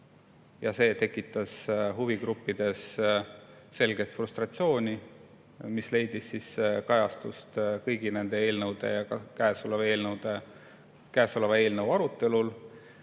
päeva tekitas huvigruppides selgelt frustratsiooni ja see leidis kajastust kõigi nende eelnõude, ka käesoleva eelnõu arutelul.